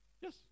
Yes